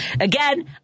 again